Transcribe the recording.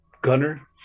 Gunner